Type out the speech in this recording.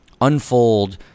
unfold